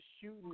shooting